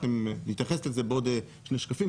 נתייחס לזה בעוד שני שקפים,